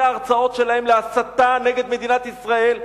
ההרצאות שלהם להסתה נגד מדינת ישראל,